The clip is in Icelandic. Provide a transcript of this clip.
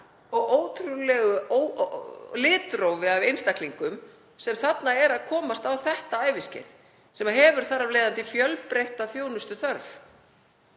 og ótrúlegu litrófi af einstaklingum sem eru að komast á þetta æviskeið, sem hafa þar af leiðandi fjölbreytta þjónustuþörf.